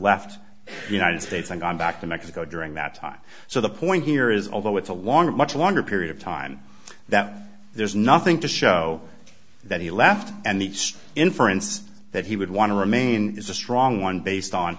left the united states and gone back to mexico during that time so the point here is although it's a longer much longer period of time that there's nothing to show that he left and the inference that he would want to remain is a strong one based on